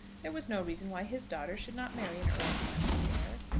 there was no reason why his daughter should not marry an earl's son and heir.